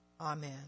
Amen